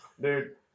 Dude